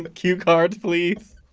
but cue cards please!